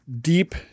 deep